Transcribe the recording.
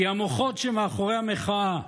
כי המוחות שמאחורי המחאה,